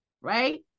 right